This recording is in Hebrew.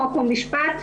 חוק ומשפט,